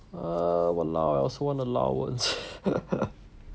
err !walao! I also want allowance